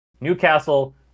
Newcastle